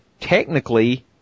technically